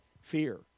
fear